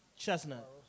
Chestnut